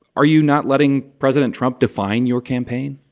are you not letting president trump define your campaign?